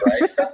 Right